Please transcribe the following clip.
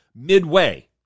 midway